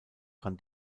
kann